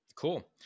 Cool